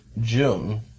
June